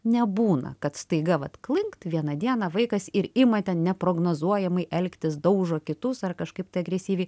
nebūna kad staiga vat klingt vieną dieną vaikas ir ima ten neprognozuojamai elgtis daužo kitus ar kažkaip tai agresyviai